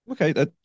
Okay